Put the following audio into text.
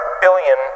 billion